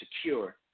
secure